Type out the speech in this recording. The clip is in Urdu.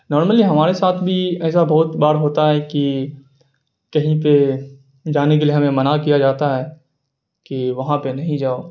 نارملی ہمارے ساتھ بھی ایسا بہت بار ہوتا ہے کہ کہیں پہ جانے کے لیے ہمیں منع کیا جاتا ہے کہ وہاں پہ نہیں جاؤ